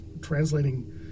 translating